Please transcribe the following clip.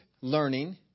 learning